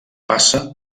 passa